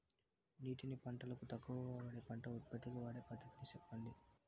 నీటిని పంటలకు తక్కువగా వాడే పంట ఉత్పత్తికి వాడే పద్ధతిని సెప్పండి?